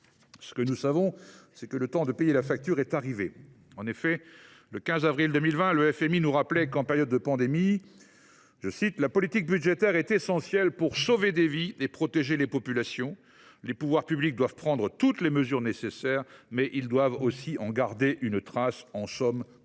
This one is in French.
Ce que nous savons, c’est que le temps de payer la facture est arrivé : en effet, le 15 avril 2020, le FMI nous rappelait qu’en période de pandémie, « la politique budgétaire est essentielle pour sauver des vies et protéger les populations ». Selon lui, « les pouvoirs publics doivent prendre toutes les mesures nécessaires, mais ils doivent veiller à en garder une trace »– conserver